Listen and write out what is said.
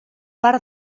part